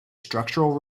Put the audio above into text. structural